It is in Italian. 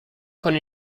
con